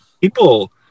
people